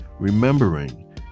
Remembering